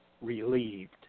Relieved